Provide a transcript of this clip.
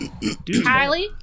Kylie